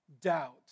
Doubt